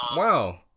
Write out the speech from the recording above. wow